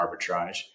arbitrage